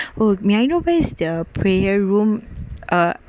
oh may I know where is the prayer room uh